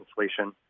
inflation